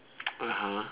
(uh huh)